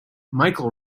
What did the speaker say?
michael